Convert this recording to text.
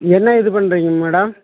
என்ன இது பண்ணுறீங்க மேடம்